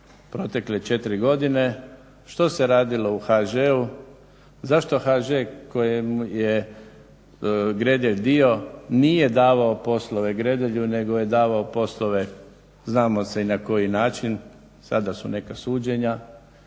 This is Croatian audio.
protekle 4 godine, što se radilo u HŽ-u. Zašto HŽ u kojem je Gredelj dio nije davao poslove Gredelju nego je davao poslove znamo i na koji način, sada su neka suđenja.